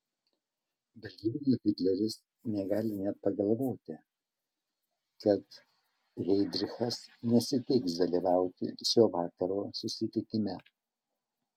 berlyne hitleris negali net pagalvoti kad heidrichas nesiteiks dalyvauti šio vakaro susitikime